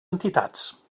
entitats